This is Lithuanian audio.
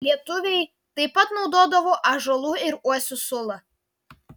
lietuviai taip pat naudodavo ąžuolų ir uosių sulą